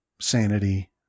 sanity